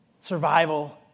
survival